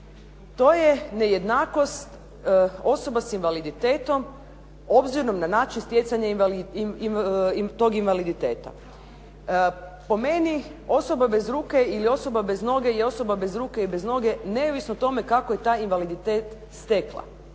to je nejednakost osoba s invaliditetom obzirom na način stjecanja invaliditeta. Po meni osoba bez ruke ili osoba bez noge ili osoba bez ruke i bez noge neovisno kako je taj invaliditet stekla.